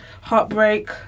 heartbreak